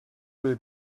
will